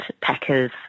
packers